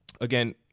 again